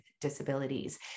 disabilities